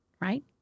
Right